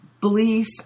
belief